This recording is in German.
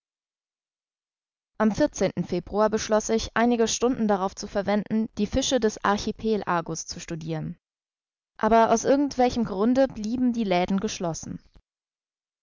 am februar beschloß ich einige stunden darauf zu verwenden die fische des archipelagus zu studiren aber aus irgend welchem grunde blieben die läden geschlossen